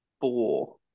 four